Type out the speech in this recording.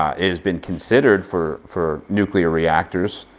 it has been considered for for nuclear reactors,